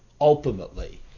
ultimately